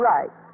Right